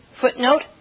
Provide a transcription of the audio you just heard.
Footnote